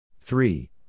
three